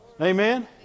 Amen